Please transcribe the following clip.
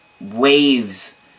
waves